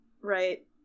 Right